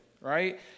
right